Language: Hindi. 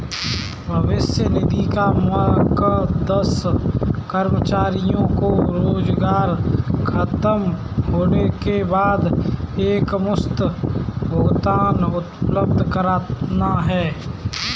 भविष्य निधि का मकसद कर्मचारियों को रोजगार ख़तम होने के बाद एकमुश्त भुगतान उपलब्ध कराना है